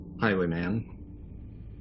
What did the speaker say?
Highwayman